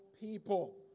people